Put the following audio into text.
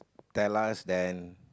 tell us then